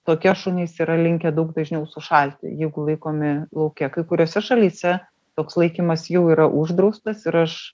tokie šunys yra linkę daug dažniau sušalti jeigu laikomi lauke kai kuriose šalyse toks laikymas jau yra uždraustas ir aš